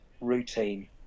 routine